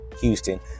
Houston